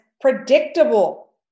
predictable